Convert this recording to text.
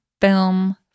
film